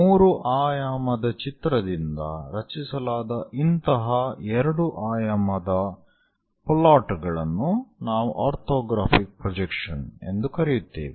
3 ಆಯಾಮದ ಚಿತ್ರದಿಂದ ರಚಿಸಲಾದ ಇಂತಹ 2 ಆಯಾಮದ ಪ್ಲಾಟ್ಗಳನ್ನು ನಾವು ಆರ್ಥೋಗ್ರಾಫಿಕ್ ಪ್ರೊಜೆಕ್ಷನ್ ಎಂದು ಕರೆಯುತ್ತೇವೆ